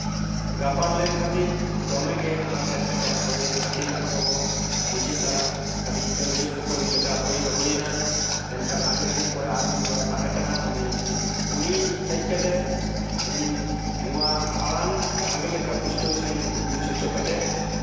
ᱜᱟᱯᱟᱱ ᱞᱮᱱ ᱠᱷᱟᱹᱛᱤᱨ ᱫᱚᱢᱮᱜᱮ ᱟᱱᱟᱴ ᱮᱴᱠᱮᱴᱚᱬᱮ ᱦᱩᱭᱮᱱ ᱠᱷᱟᱹᱛᱤᱨ ᱟᱠᱚ ᱦᱚᱸ ᱱᱤᱡᱮ ᱥᱟᱞᱟᱜ ᱠᱟᱹᱴᱤᱡ ᱠᱟᱹᱭᱡᱟᱹ ᱠᱷᱟᱹᱯᱟᱹᱨᱤ ᱞᱮᱠᱟ ᱦᱩᱭ ᱫᱚ ᱦᱩᱭᱱᱟ ᱢᱮᱱᱠᱷᱟᱱ ᱟᱹᱰᱤ ᱜᱷᱟᱹᱲᱤᱡ ᱯᱚᱨᱮ ᱟᱨ ᱢᱤᱫᱦᱚᱲᱮ ᱛᱟᱦᱮᱸ ᱠᱟᱱᱟ ᱩᱱᱤ ᱩᱱᱤ ᱦᱮᱡ ᱠᱟᱛᱮᱫ ᱩᱱᱤ ᱱᱚᱣᱟ ᱟᱲᱟᱝ ᱵᱷᱟᱜᱮ ᱞᱮᱠᱟ ᱯᱩᱥᱴᱟᱹᱣ ᱥᱟᱺᱦᱤᱡ ᱩᱱᱠᱩ ᱵᱩᱡᱽ ᱦᱚᱪᱚ ᱠᱟᱛᱮᱫ